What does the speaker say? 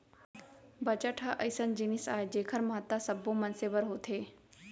budget ह अइसन जिनिस आय जेखर महत्ता सब्बो मनसे बर होथे